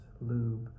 lube